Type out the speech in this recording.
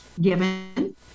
given